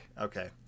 Okay